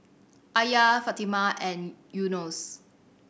Alya Fatimah and Yunos